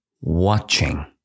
watching